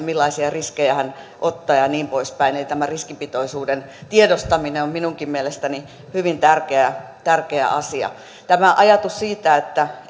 millaisia riskejä hän ottaa sijoituksellaan ja niin poispäin eli tämä riskipitoisuuden tiedostaminen on minunkin mielestäni hyvin tärkeä tärkeä asia tämä ajatus siitä että